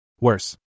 Worse